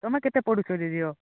ତୁମେ କେତେ ପଢ଼ୁଛ ଯେ ଝିଅ